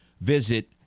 visit